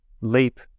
Leap